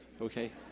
okay